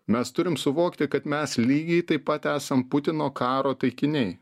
mes turim suvokti kad mes lygiai taip pat esam putino karo taikiniai